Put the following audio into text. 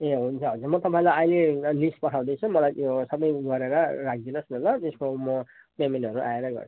ए हुन्छ हजुर म तपाईँलाई अहिले लिस्ट पठाउँदैछु मलाई त्यो सबै ऊ गरेर राखिदिनुहोस् न ल त्यसो भए म पेमेन्टहरू आएर गर्छु